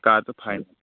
تہٕ کر ژٕ فاینل